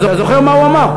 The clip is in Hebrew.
אתה זוכר מה הוא אמר?